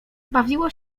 bawiło